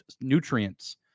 nutrients